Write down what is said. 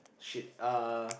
shit uh